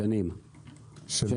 שנים של